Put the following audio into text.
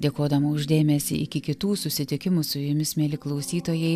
dėkodama už dėmesį iki kitų susitikimų su jumis mieli klausytojai